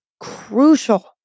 Crucial